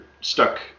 stuck